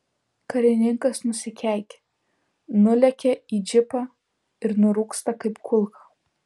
karininkas nusikeikia nulekia į džipą ir nurūksta kaip kulka